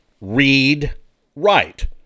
read-write